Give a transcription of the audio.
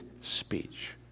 speech